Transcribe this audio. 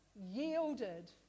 yielded